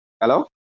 Hello